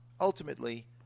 Ultimately